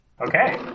Okay